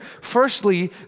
Firstly